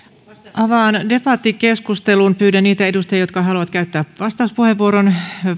avaan debattikeskustelun pyydän niitä edustajia jotka haluavat käyttää vastauspuheenvuoron